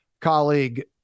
colleague